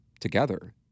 together